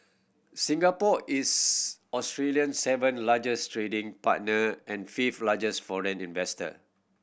Singapore is Australian seventh largest trading partner and fifth largest foreign investor